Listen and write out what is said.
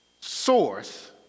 source